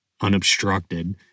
unobstructed